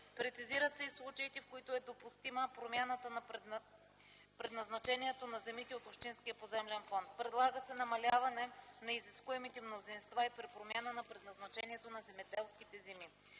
Прецизират се и случаите, в които е допустима промяната на предназначението на земите от общинския поземлен фонд. Предлага се намаляване на изискуемите мнозинства и при промяна на предназначението на земеделските земи.